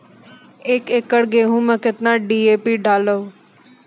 एक एकरऽ गेहूँ मैं कितना डी.ए.पी डालो?